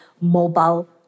mobile